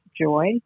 joy